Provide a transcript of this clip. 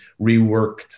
reworked